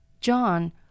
John